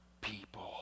people